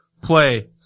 play